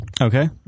Okay